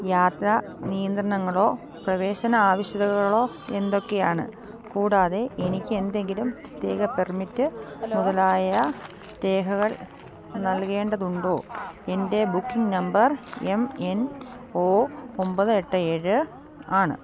യാത്രാ നിയന്ത്രണങ്ങളോ പ്രവേശന ആവശ്യകതകളോ എന്തൊക്കെയാണ് കൂടാതെ എനിക്ക് എന്തെങ്കിലും പ്രത്യേക പെർമിറ്റ് മുതലായ രേഖകൾ നൽകേണ്ടത് ഉണ്ടോ എൻ്റെ ബുക്കിംഗ് നമ്പർ എം എൻ ഒൻപത് ഒൻപത് എട്ട് ഏഴ് ആണ്